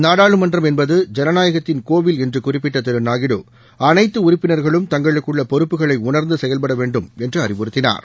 நாடாளுமன்றம் என்பது ஜனநாயகத்தின் கோவில் என்று குறிப்பிட்ட திரு நாயுடு அனைத்து உறுப்பினர்களும் தங்களுக்குள்ள பொறுப்புகளை உணர்ந்து செயல்பட வேண்டும் என்று அறிவுறுத்தினார்